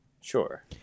sure